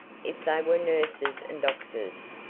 if they were nurses and doctors,